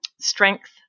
strength